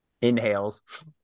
inhales